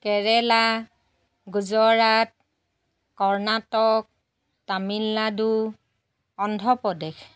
Kerala Gujarat Karnataka Tamil Nadu Andhra Pradesh